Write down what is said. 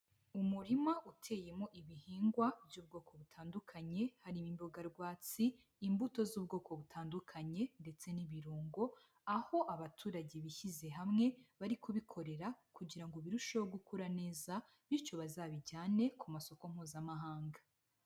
Umurima uteyemo ibihingwa by'ubwoko butandukanye, harimo imboga rwatsi, imbuto z'ubwoko butandukanye ndetse n'ibirungo, aho abaturage bishyize hamwe bari kubikorera kugira birusheho gukura neza, bityo bazabijyane ku masoko mpuzamahanga.